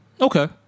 Okay